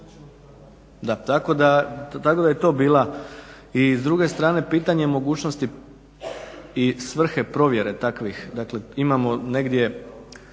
tako da je to bila. I s druge strane pitanje mogućnosti i svrhe provjere takvih, dakle imamo negdje